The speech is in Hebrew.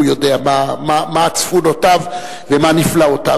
יודע מה צפונותיו ומה נפלאותיו,